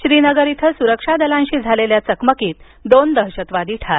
श्रीनगर इथं सुरक्षा दलांशी झालेल्या चकमकीत दोन दहशतवादी ठार